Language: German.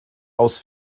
aus